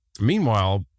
Meanwhile